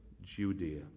Judea